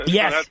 yes